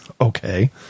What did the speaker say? Okay